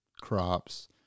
crops